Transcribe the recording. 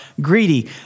greedy